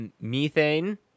Methane